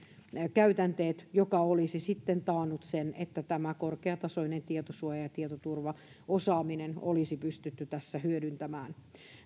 käytänteet mikä olisi sitten taannut sen että tämä korkeatasoinen tietosuoja ja tietoturvaosaaminen olisi pystytty tässä hyödyntämään